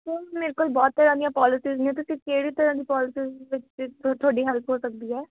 sir ਮੇਰੇ ਕੋਲ ਬਹੁਤ ਤਰ੍ਹਾਂ ਦੀਆਂ ਪੋਲਿਸੀਜ਼ ਨੇ ਤੁਸੀਂ ਕਿਹੜੇ ਤਰ੍ਹਾਂ ਦੀ ਪੋਲਿਸੀਜ਼ ਤੁਹਾਡੀ ਹੈਲਪ ਹੋ ਸਕਦੀ ਹੈ